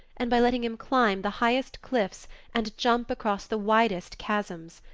and by letting him climb the highest cliffs and jump across the widest chasms.